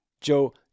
Joe